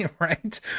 right